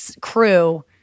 crew